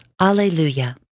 Alleluia